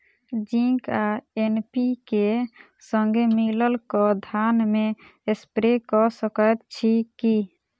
Zinc आ NPK, संगे मिलल कऽ धान मे स्प्रे कऽ सकैत छी की?